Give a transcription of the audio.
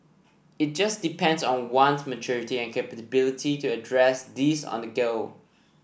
it just depends on one's maturity and capability to address these on the go